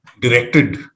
directed